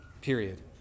Period